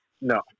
no